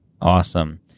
Awesome